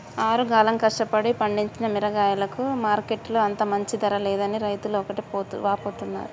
ఆరుగాలం కష్టపడి పండించిన మిరగాయలకు మార్కెట్టులో అంత మంచి ధర లేదని రైతులు ఒకటే వాపోతున్నారు